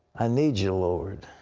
i need you, lord.